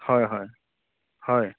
হয় হয়